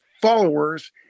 followers